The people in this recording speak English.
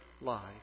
lies